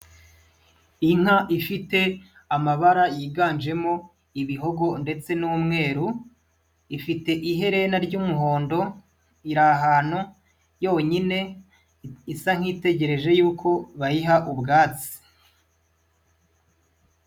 Inka ifite, amabara yiganjemo, ibihogo ndetse n'umweru. Ifite iherena ry'umuhondo, iri ahantu yonyine, isa nk'itegereje yuko bayiha ubwatsi.